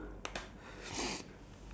uh that would be the best place